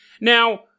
Now